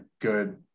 good